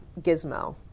gizmo